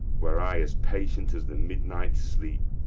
were i as patient as the midnight sleep,